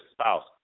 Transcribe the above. spouse